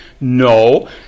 No